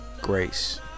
Grace